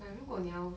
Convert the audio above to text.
but 如果你要